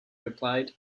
replied